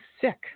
sick